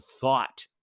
thought